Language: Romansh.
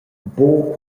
buca